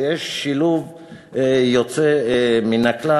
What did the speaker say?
ויש כבר שילוב יוצא מן הכלל.